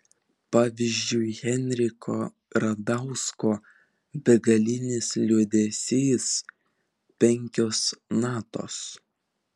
pavyzdžiui henriko radausko begalinis liūdesys penkios natos